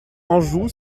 anjou